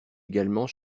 également